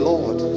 Lord